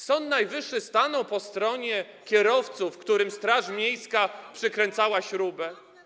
Sąd Najwyższy stanął po stronie kierowców, którym straż miejska przykręcała śrubę.